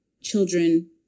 children